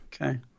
okay